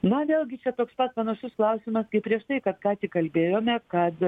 na vėlgi čia toks pat panašus klausimas kaip prieš tai kad ką tik kalbėjome kad